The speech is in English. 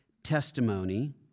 testimony